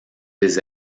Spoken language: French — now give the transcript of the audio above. des